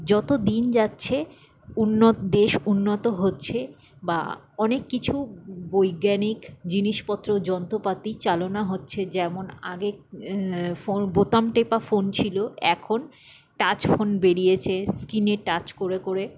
যতো দিন যাচ্ছে দেশ উন্নত হচ্ছে বা অনেক কিছু বৈজ্ঞানিক জিনিসপত্র যন্ত্রপাতি চালনা হচ্ছে যেমন আগে বোতাম টেপা ফোন ছিলো এখন টাচ ফোন বেরিয়েছে স্ক্রিনে টাচ করে করে